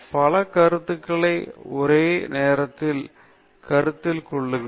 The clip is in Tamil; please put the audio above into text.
பல கருத்துக்களை ஒரே நேரத்தில் கருத்தில் கொள்ளுங்கள்